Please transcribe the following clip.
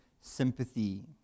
sympathy